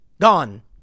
Gone